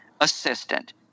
assistant